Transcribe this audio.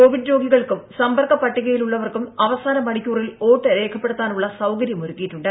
Covid രോഗികൾക്കും സമ്പർക്ക പട്ടികയിലുള്ളവർക്കും അവസാന മണിക്കൂറിൽ വോട്ട് രേഖപ്പെടുത്താനുള്ള സൌകര്യം ഒരുക്കിയിട്ടുണ്ട്